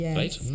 right